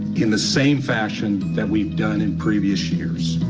in the same fashion that we've done in previous years,